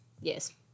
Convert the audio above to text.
Yes